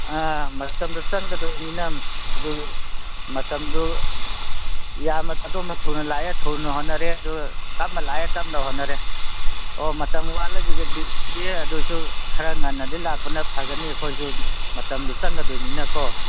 ꯑꯥ ꯃꯇꯝꯗꯨ ꯆꯪꯒꯗꯣꯏꯅꯤꯅ ꯑꯗꯨ ꯃꯇꯝꯗꯨ ꯌꯥꯝꯅ ꯑꯗꯣꯝꯅ ꯊꯨꯅ ꯂꯥꯛꯑꯦ ꯊꯨꯅ ꯍꯣꯠꯅꯔꯦ ꯑꯗꯨ ꯇꯞꯅ ꯂꯥꯛꯑꯦ ꯇꯞꯅ ꯍꯣꯠꯅꯔꯦ ꯑꯣ ꯃꯇꯝ ꯋꯥꯠꯂꯒꯗꯤ ꯑꯗꯨꯁꯨ ꯈꯔ ꯉꯟꯅꯗꯤ ꯂꯥꯛꯄꯅ ꯐꯒꯅꯤ ꯑꯩꯈꯣꯏꯁꯨ ꯃꯇꯝꯗꯨ ꯆꯪꯒꯗꯣꯏꯅꯤꯅꯀꯣ